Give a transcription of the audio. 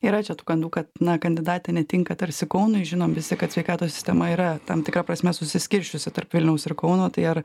yra čia tų gandų kad na kandidatė netinka tarsi kaunui žinom visi kad sveikatos sistema yra tam tikra prasme susiskirsčiusi tarp vilniaus ir kauno tai ar